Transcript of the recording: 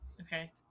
okay